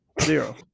Zero